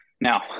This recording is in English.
Now